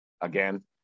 again